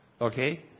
okay